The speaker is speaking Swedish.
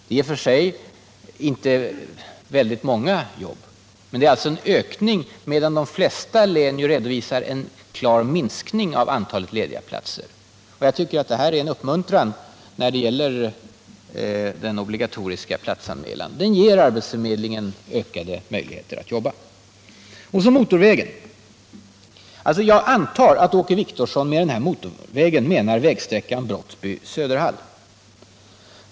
Det är en ökning, medan de flesta län ju redovisar en klar minskning av antalet lediga platser. Jag tycker att detta är ett uppmuntrande tecken, som visar att den obligatoriska platsanmälan ger arbetsförmedlingen större möjligheter att klara sina uppgifter. Vad sedan gäller frågan om motorvägen antar jag att Åke Wictorsson i det sammanhanget syftar på vägsträckan Brottby-Söderhall.